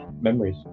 memories